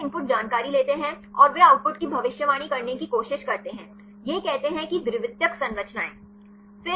यहां वे इनपुट जानकारी लेते हैं और वे आउटपुट की भविष्यवाणी करने की कोशिश करते हैं यह कहते हैं कि द्वितीयक संरचनाएं